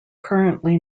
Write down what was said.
currently